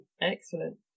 Excellent